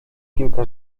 kilka